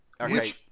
Okay